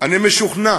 אני משוכנע